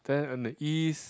then on the East